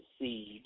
seed